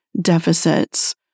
deficits